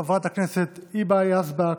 חברת הכנסת היבא יזבק,